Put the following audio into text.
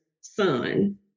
son